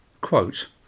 quote